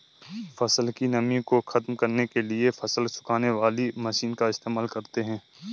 फसल की नमी को ख़त्म करने के लिए फसल सुखाने वाली मशीन का इस्तेमाल करते हैं